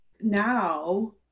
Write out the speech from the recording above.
now